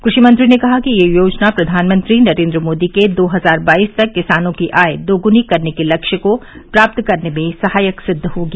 कृषि मंत्री ने कहा कि यह योजना प्रधानमंत्री नरेन्द्र मोदी के दो हजार बाईस तक किसानों की आय दोगुनी करने के लक्ष्य को प्राप्त करने में सहायक सिद्व होगी